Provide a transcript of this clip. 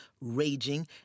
raging